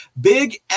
Big